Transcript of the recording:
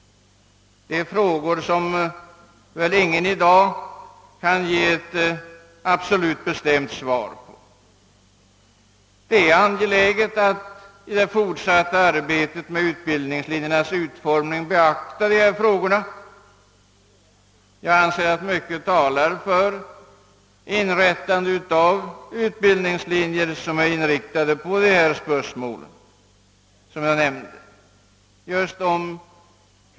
Detta är frågor som väl ingen kan ge ett absolut bestämt svar på i dag. Det är angeläget att i det fortsatta arbetet på utbildningslinjernas utformning beakta dessa spörsmål, och jag anser att mycket talar för inrättandet av utbildningslinjer som möjliggör förverkligandet av de nämnda önskemålen.